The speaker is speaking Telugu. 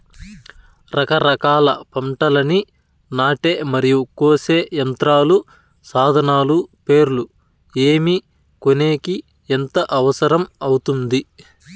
రకరకాల పంటలని నాటే మరియు కోసే యంత్రాలు, సాధనాలు పేర్లు ఏమి, కొనేకి ఎంత అవసరం అవుతుంది?